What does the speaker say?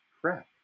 crap